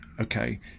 okay